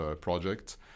project